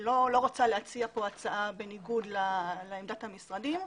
לא רוצה להציע כאן הצעה בניגוד לעמדת המשרדים.